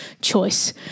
choice